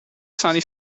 sani